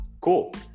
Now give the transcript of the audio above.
Cool